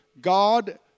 God